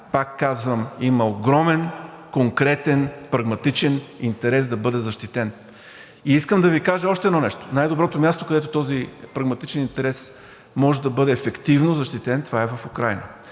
пак казвам, има огромен конкретен прагматичен интерес да бъде защитен. Искам да Ви кажа още едно нещо. Най-доброто място, където този прагматичен интерес може да бъде ефективно защитен, това е в Украйна.